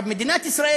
מדינת ישראל,